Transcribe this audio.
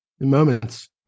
moments